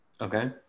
Okay